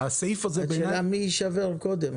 השאלה מי יישבר קודם,